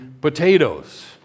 potatoes